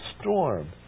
storm